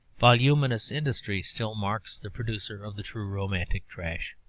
voluminous industry still marks the producer of the true romantic trash.